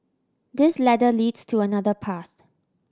this ladder leads to another path